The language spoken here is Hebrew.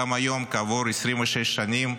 גם היום, כעבור 26 שנים,